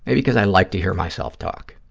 and because i like to hear myself talk.